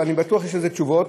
ואני בטוח שיש לזה תשובות,